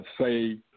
say